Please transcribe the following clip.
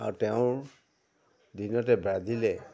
আৰু তেওঁৰ দিনতে ব্ৰাজিলে